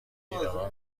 ایدهها